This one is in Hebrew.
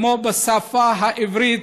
כמו בשפה העברית,